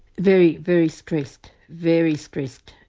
very, very stressed, very stressed.